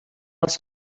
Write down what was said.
els